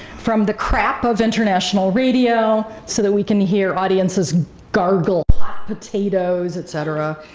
from the crap of international radio, so that we can hear audiences gargle hot potatoes et cetera,